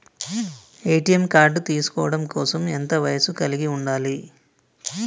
ATM card తీసుకోవడం కోసం ఎంత వయస్సు కలిగి ఉండాలి?